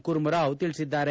ಕೂರ್ಮಾರಾವ್ ತಿಳಿಸಿದ್ದಾರೆ